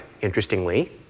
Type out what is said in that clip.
interestingly